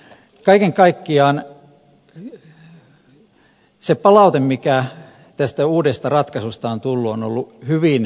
kaiken kaikkiaan se palaute mikä tästä uudesta ratkaisusta on tullut on ollut hyvin myönteistä